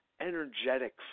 energetic